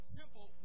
temple